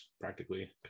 practically